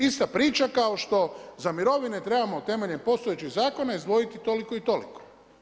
Ista priča kao što za mirovine trebamo temeljem postojećih zakona izdvojiti toliko i toliko.